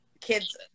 kids